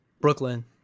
Brooklyn